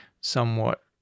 somewhat